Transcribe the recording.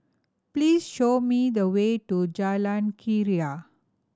please show me the way to Jalan Keria